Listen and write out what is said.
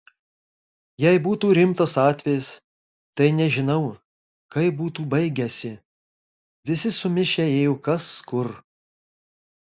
jei būtų rimtas atvejis tai nežinau kaip būtų baigęsi visi sumišę ėjo kas kur